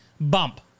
Bump